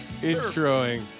introing